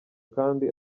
kandi